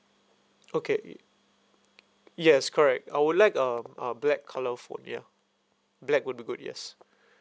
okay ye~ yes correct I would like um uh black colour phone ya black would be good yes